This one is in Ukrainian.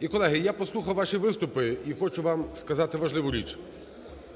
І, колеги , я послухав ваші виступи і хочу вам сказати важливу річ.